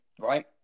right